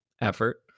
effort